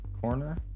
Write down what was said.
corner